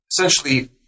essentially